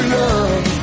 love